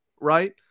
right